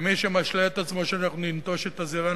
ומי שמשלה את עצמנו שאנחנו ננטוש את הזירה,